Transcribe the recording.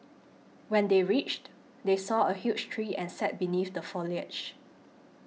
when they reached they saw a huge tree and sat beneath the foliage